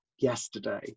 Yesterday